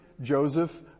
Joseph